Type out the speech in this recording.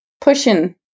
pushing